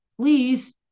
please